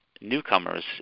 newcomers